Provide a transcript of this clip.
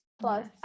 plus